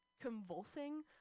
convulsing